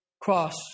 cross